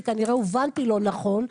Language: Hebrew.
כי כנראה הובנתי לא נכון,